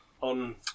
On